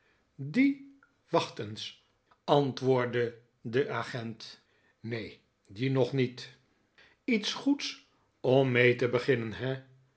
die wacht eens antwoordde de agent neen die nog niet iets goeds om mee te beginnen he